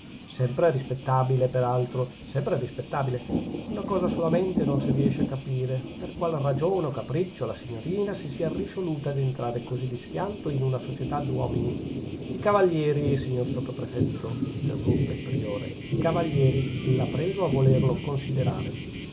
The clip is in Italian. sempre rispettabile per altro sempre rispettabile una cosa solamente non si riesce a capire per qual ragione o capriccio la signorina si sia risoluta ad entrare così di schianto in una società d'uomini di cavalieri signor sottoprefetto interruppe il priore di cavalieri la prego a volerlo considerare